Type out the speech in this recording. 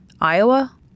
Iowa